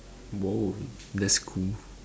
!wow! that's cool